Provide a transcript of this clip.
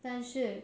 但是